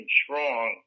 strong